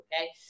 okay